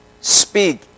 speak